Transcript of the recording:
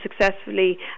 successfully